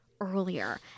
earlier